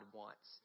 wants